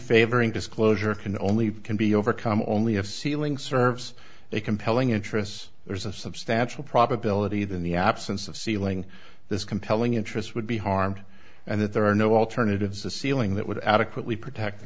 favoring disclosure can only can be overcome only if sealing serves a compelling interest there's a substantial probability than the absence of sealing this compelling interest would be harmed and that there are no alternatives to sealing that would adequately protect the